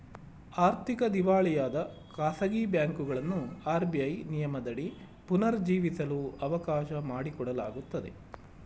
ಆರ್ಥಿಕ ದಿವಾಳಿಯಾದ ಖಾಸಗಿ ಬ್ಯಾಂಕುಗಳನ್ನು ಆರ್.ಬಿ.ಐ ನಿಯಮದಡಿ ಪುನರ್ ಜೀವಿಸಲು ಅವಕಾಶ ಮಾಡಿಕೊಡಲಾಗುತ್ತದೆ